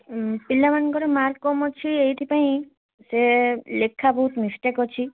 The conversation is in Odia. ପିଲାମାନଙ୍କର ମାର୍କ କମ୍ଅଛି ଏଇଥିପାଇଁ ସେ ଲେଖା ବହୁତ ମିଷ୍ଟେକ୍ ଅଛି